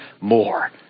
more